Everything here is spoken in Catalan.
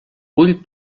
ull